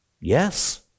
Yes